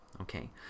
Okay